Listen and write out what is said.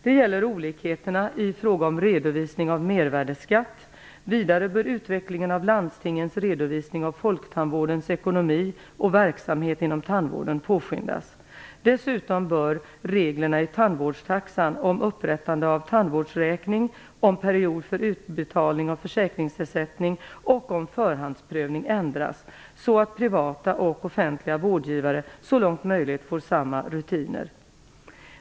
Det gäller olikheterna i fråga om redovisning av mervärdesskatt. Vidare bör utvecklingen av landstingens redovisning av folktandvårdens ekonomi och verksamhet inom tandvården påskyndas. Dessutom bör reglerna i tandvårdstaxan om upprättande av tandvårdsräkning, om period för utbetalning av försäkringsersättning och om förhandsprövning ändras så att privata och offentliga vårdgivare så långt möjligt får samma rutiner.